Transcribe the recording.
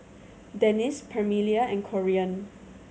Denis Permelia and Corean